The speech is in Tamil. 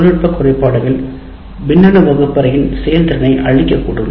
இந்த வகை தொழில்நுட்ப குறைபாடுகள் மின்னணு வகுப்பறையின் செயல்திறனை அழிக்கக்கூடும்